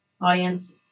audience